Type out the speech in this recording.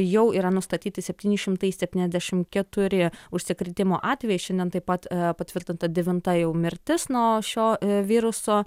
jau yra nustatyti septyni šimtai šeptyniasdešimt keturi užsikrėtimo atvejai šiandien taip pat patvirtinta devinta jau mirtis nuo šio viruso